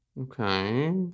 Okay